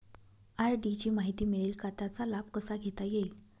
RD ची माहिती मिळेल का, त्याचा लाभ कसा घेता येईल?